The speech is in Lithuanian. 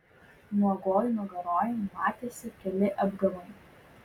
nuogoj nugaroj matėsi keli apgamai